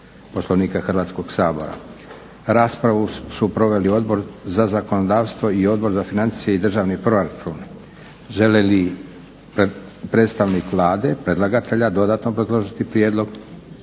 Poslovnika Hrvatskog sabora. Raspravu su proveli Odbor za zakonodavstvo i Odbor za financije i državni proračun. Želi li predstavnik Vlade, predlagatelja, dodatno obrazložiti prijedlog?